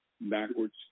backwards